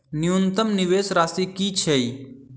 न्यूनतम निवेश राशि की छई?